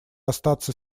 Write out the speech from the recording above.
остаться